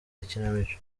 ikinamico